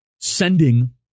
sending